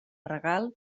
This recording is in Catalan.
regal